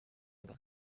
ghana